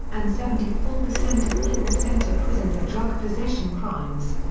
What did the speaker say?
and seventy four percent of people sent to prison for drug possession crimes.